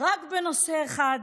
רק בנושא אחד